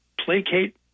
placate